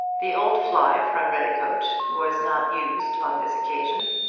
the old fly from redicote was not used on this occasion,